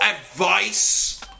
advice